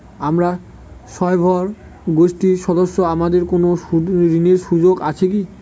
আমরা স্বয়ম্ভর গোষ্ঠীর সদস্য আমাদের কোন ঋণের সুযোগ আছে কি?